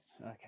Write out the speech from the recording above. Okay